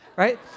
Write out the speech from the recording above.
Right